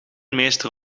meester